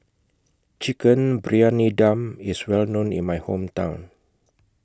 Chicken Briyani Dum IS Well known in My Hometown